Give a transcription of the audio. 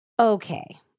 Okay